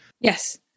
Yes